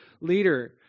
leader